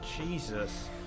Jesus